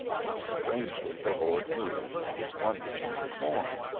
how strangely the lord moves, his wonders to perform,